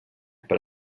per